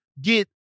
get